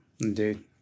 indeed